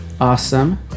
awesome